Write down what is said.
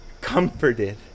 comforted